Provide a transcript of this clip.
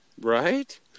Right